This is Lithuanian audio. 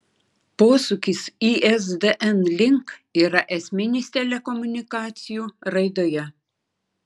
posūkis isdn link yra esminis telekomunikacijų raidoje